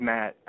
Matt